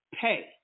pay